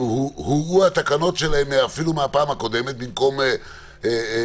הורעו התקנות שלהם אפילו מהפעם הקודמת במקום שיוטבו.